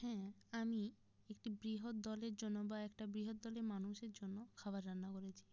হ্যাঁ আমি একটি বৃহৎ দলের জন্য বা একটা বৃহৎ দলের মানুষের জন্য খাবার রান্না করেছি